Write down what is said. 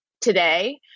today